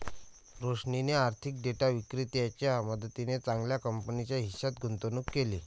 रोशनीने आर्थिक डेटा विक्रेत्याच्या मदतीने चांगल्या कंपनीच्या हिश्श्यात गुंतवणूक केली